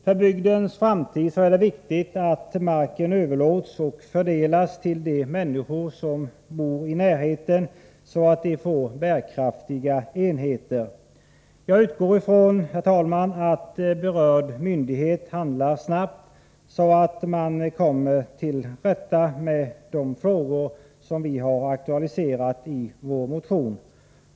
För bygdens framtid är det viktigt att marken överlåts och fördelas till de människor som bor i närheten, så att de får bärkraftiga enheter. Herr talman! Jag utgår ifrån att berörd myndighet handlar snabbt, så att man kommer till rätta med de frågor som vi har aktualiserat i vår motion.